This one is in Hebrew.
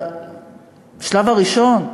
בשלב הראשון,